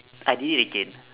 I did it again